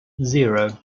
zero